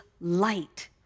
light